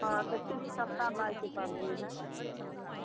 हाँ तो दो ही सप्ताह बाद है हाँ